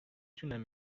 تونم